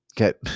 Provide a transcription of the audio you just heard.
Okay